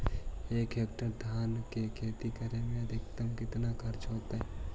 एक हेक्टेयर धान के खेती करे में अधिकतम केतना खर्चा होतइ?